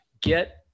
get